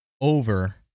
over